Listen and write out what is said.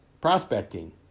prospecting